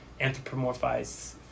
anthropomorphize